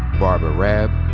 barbara raab,